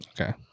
Okay